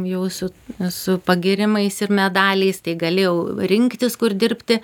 jau su su pagyrimais ir medaliais tai galėjau rinktis kur dirbti